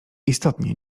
istotnie